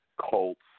Colts